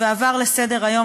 ועברו עליו לסדר-היום.